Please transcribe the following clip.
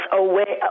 away